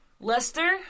Lester